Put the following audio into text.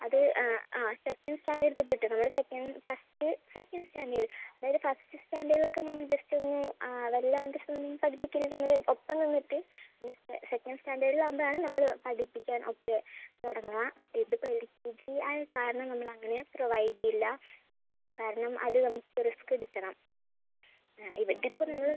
അത് ആ second standard തൊട്ടിട്ട് നമ്മൾ സെക്കൻറ് ഫസ്റ്റ് സെക്കൻഡ് സ്റ്റാൻഡേർഡ് അതായത് ഫസ്റ്റ് സ്റ്റാൻഡേർഡിലൊക്കെ നമ്മൾ ജസ്റ്റ് ഒന്ന് വല്ലാണ്ട് സ്വിമ്മിങ്ങ് പഠിപ്പിക്കൽ നമ്മൾ ഒപ്പം നിന്നിട്ട് പിന്നെ സെക്കൻറ് സ്റ്റാൻഡേർഡിലാകുമ്പോൾ ആണ് നമ്മൾ പഠിപ്പിക്കാൻ ഒക്കെ തുടങ്ങുക ഇതിപ്പോൾ എൽ കെ ജി ആയ കാരണം നമ്മളങ്ങനെയാണ് പ്രൊവൈഡ് ചെയ്യില്ല കാരണം അത് നമുക്ക് റിസ്ക് എടുക്കണം ഇവിടിപ്പോൾ നിങ്ങൾ